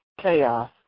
chaos